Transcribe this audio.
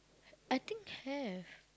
I think have